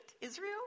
Israel